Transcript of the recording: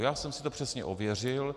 Já jsem si to přesně ověřil.